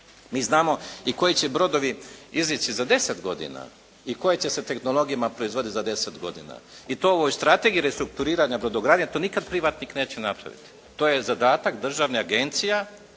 Mi znamo i koji će brodovi izići za 10 godina i kojim će se tehnologijama proizvoditi za 10 godina i to u ovoj Strategiji restrukturiranja brodogradnje. To nikada privatnik neće napraviti. To je zadatak državnih agencija,